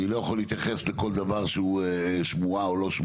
אני לא יכול להתייחס לכל דבר שהוא שמועה או לא שמועה.